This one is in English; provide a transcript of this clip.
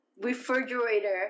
refrigerator